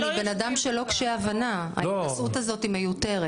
אני בן אדם שהוא לא קשה הבנה --- לא --- ההתנשאות הזאת היא מיותרת.